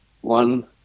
one